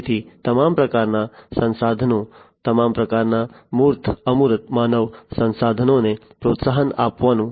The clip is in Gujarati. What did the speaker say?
તેથી તમામ પ્રકારના સંસાધનો તમામ પ્રકારના મૂર્ત અમૂર્ત માનવ સંસાધનોને પ્રોત્સાહન આપવું